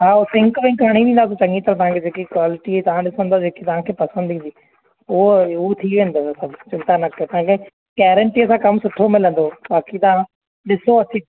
हा उहो pink wink हणी ॾींदासीं चङी तरह तव्हां खे सुठी क्वालिटी तव्हां ॾिंसदव तव्हां खे पसंदि ईंदी उहो उहो थी वेंदव सभु चिंता न कयो गारंटीअ सां कमु सुठो मिलंदो बाक़ी तव्हां ॾिसो अची